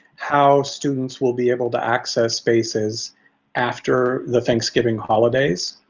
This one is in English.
how students will be able to access spaces after the thanksgiving holidays?